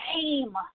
game